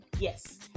Yes